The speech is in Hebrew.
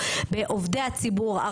זה כל ההבדל, ואני מסכים שזה